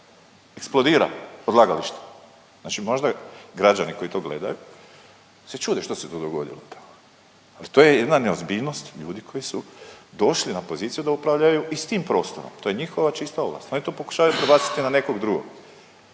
eksplodira odlagalište. Znači možda građani koji to gledaju se čude što se to govorilo, ali to je jedna neozbiljnost ljudi koji su došli na poziciju da upravljaju i s tim prostorom, to je njihova čista ovlast, oni to pokušavaju prebaciti na nekog drugog.